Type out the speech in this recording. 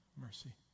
mercy